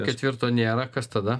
ketvirto nėra kas tada